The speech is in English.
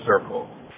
circle